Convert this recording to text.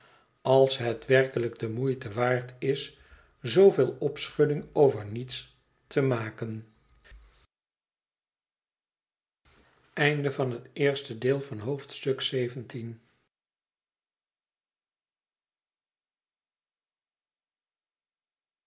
als het werkelijk de moeite waard is zooveel opschudding over niets te maken